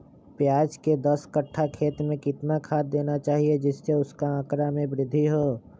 प्याज के दस कठ्ठा खेत में कितना खाद देना चाहिए जिससे उसके आंकड़ा में वृद्धि हो?